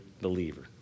believer